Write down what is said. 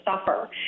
suffer